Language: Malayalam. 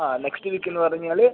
ആ നെക്സ്റ്റ് വീക്ക് എന്ന് പറഞ്ഞാൽ